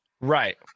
Right